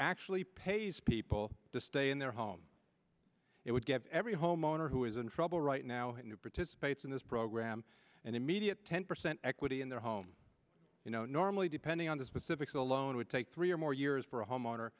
actually pays people to stay in their home it would give every homeowner who is in trouble right now who participates in this program an immediate ten percent equity in their home you know normally depending on the specific a loan would take three or more years for a homeowner